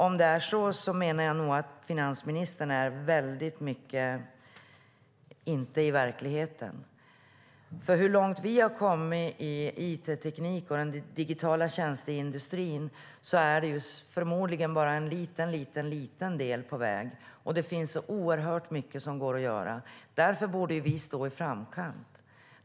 Om det stämmer menar jag att finansministern inte befinner sig i verkligheten. Hur långt vi än har kommit inom it-industrin och den digitala tjänsteindustrin är det förmodligen ändå bara en mycket liten del på väg. Det finns oerhört mycket som går att göra. Därför borde vi stå i främsta ledet.